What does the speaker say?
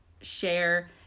share